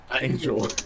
Angel